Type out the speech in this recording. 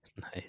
Nice